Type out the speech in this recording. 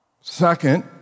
Second